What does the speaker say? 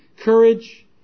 courage